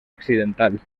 accidental